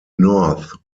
north